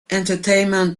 entertainment